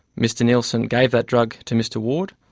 mr nielsen gave that drug to mr ward,